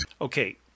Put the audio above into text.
Okay